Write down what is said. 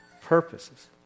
purposes